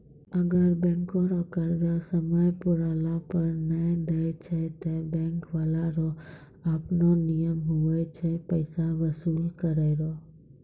अगर बैंको रो कर्जा समय पुराला पर नै देय छै ते बैंक बाला रो आपनो नियम हुवै छै पैसा बसूल करै रो